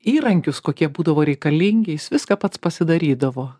įrankius kokie būdavo reikalingi jis viską pats pasidarydavo